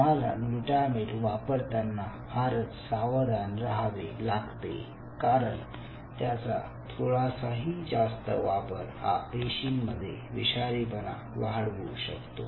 तुम्हाला ग्लूटामेट वापरताना फारच सावधान रहावे लागते कारण त्याचा थोडासा ही जास्त वापर हा पेशींमध्ये विषारीपणा वाढवु शकते